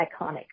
iconic